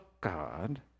God